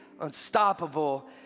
unstoppable